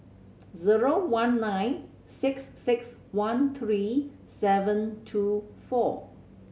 zero one nine six six one three seven two four